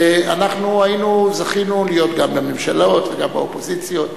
ואנחנו זכינו להיות גם בממשלות וגם באופוזיציות,